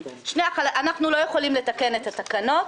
אנחנו לא יכולים לתקן את התקנות,